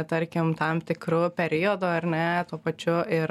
tarkim tam tikru periodu ar ne tuo pačiu ir